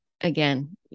Again